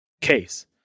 case